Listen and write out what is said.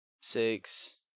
six